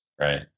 right